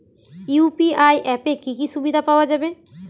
UPI অ্যাপে কি কি সুবিধা পাওয়া যাবে?